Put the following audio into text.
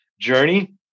journey